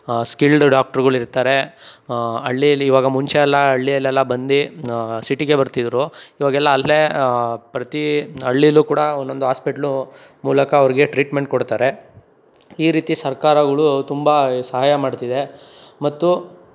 skilled ಡಾಕ್ಟ್ರ್ಗಳು ಇರ್ತಾರೆ ಹಳ್ಳಿಯಲ್ಲಿ ಇವಾಗ ಮುಂಚೆಯೆಲ್ಲ ಹಳ್ಳಿಯಲ್ಲೆಲ್ಲ ಬಂದು ಸಿಟಿಗೆ ಬರ್ತಿದ್ರು ಇವಾಗೆಲ್ಲ ಅಲ್ಲೇ ಪ್ರತಿ ಹಳ್ಳೀಲು ಕೂಡ ಒಂದೊಂದು ಆಸ್ಪೆಟ್ಲು ಮೂಲಕ ಅವ್ರಿಗೆ ಟ್ರೀಟ್ಮೆಂಟ್ ಕೊಡ್ತಾರೆ ಈ ರೀತಿ ಸರ್ಕಾರಗಳು ತುಂಬ ಸಹಾಯ ಮಾಡ್ತಿದೆ ಮತ್ತು